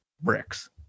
bricks